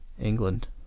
England